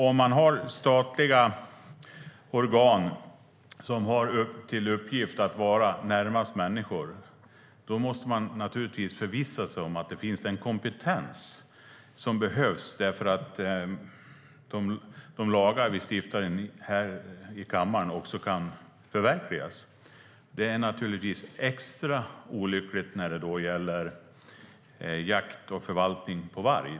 Om man har statliga organ som har till uppgift att vara närmast människor måste man förvissa sig om att det finns den kompetens som behövs för att de lagar vi stiftar i kommaren kan förverkligas. Det är naturligtvis extra olyckligt när det gäller jakt och förvaltning av varg.